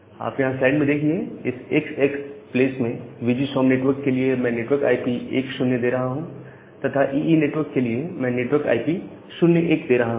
आप यहां स्लाइड में देखिए इस XX प्लेस में वीजीसॉम नेटवर्क के लिए मैं नेटवर्क आई पी 1 0 दे रहा हूं तथा ईई नेटवर्क के लिए मैं नेटवर्क आई पी 0 1 दे रहा हूं